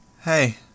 Hey